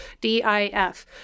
d-i-f